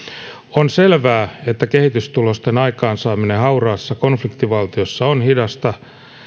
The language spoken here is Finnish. on selvää että kehitystulosten aikaansaaminen hauraassa konfliktivaltiossa on hidasta